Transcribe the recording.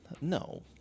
no